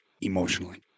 emotionally